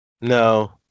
No